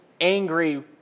angry